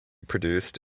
produced